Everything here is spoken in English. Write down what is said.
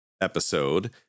episode